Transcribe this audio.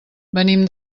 venim